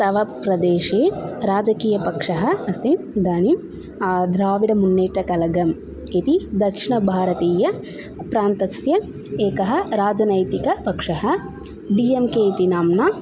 तव प्रदेशे राजकीयपक्षः अस्ति इदानीं द्राविडमुन्नेटकलगम् इति दक्षिणभारतीय प्रान्तस्य एकः राजनैतिकपक्षः डि एम् के इति नाम्नः